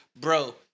bro